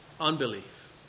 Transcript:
Unbelief